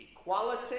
equality